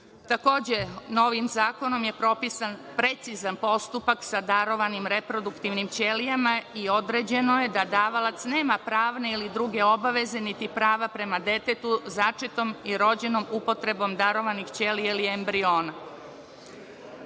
novim zakonom je propisan precizan postupak sa darovanim reproduktivnim ćelijama i određeno je da davalac nema pravne ili druge obaveze niti prava prema detetu začetom i rođenom upotrebom darovanih ćelija ili embriona.